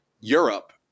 Europe